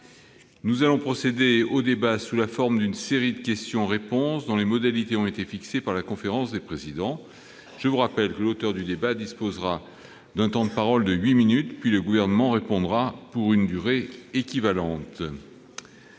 Nous allons procéder au débat sous la forme d'une série de questions-réponses dont les modalités ont été fixées par la conférence des présidents. Je rappelle que l'auteur de la demande du débat dispose d'un temps de parole de huit minutes, puis le Gouvernement répond pour une durée équivalente.